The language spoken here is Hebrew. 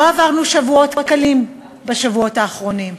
לא עברנו שבועות קלים, בשבועות האחרונים.